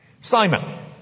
Simon